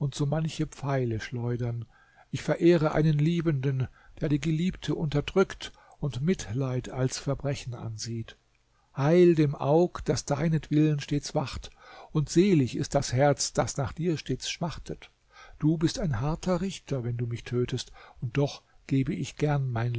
so manche pfeile schleudern ich verehre einen liebenden der die geliebte unterdrückt und mitleid als verbrechen ansieht heil dem aug das deinetwillen stets wacht und selig ist das herz das nach dir stets schmachtet du bist ein harter richter wenn du mich tötest und doch gebe ich gern mein